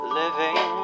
living